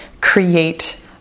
create